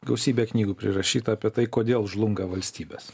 gausybė knygų prirašyta apie tai kodėl žlunga valstybės